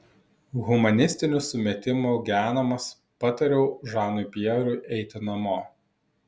humanistinių sumetimų genamas patariau žanui pjerui eiti namo